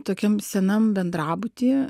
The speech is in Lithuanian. tokiam senam bendrabuty